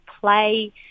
play